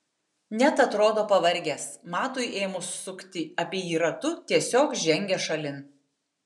net atrodo pavargęs matui ėmus sukti apie jį ratu tiesiog žengia šalin